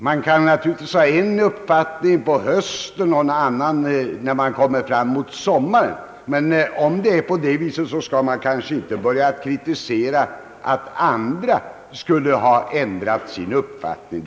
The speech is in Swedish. Man kan naturligtvis ha en uppfattning på hösten och en annan när man kommer fram mot sommaren, men om det är så skall man kanske inte kritisera om andra skulle ha ändrat sin uppfattning.